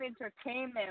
Entertainment